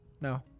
No